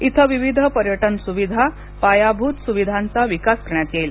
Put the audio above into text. इथं विविध पर्यटन सुविधा पायाभूत सुविधांचा विकास करण्यात येईल